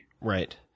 Right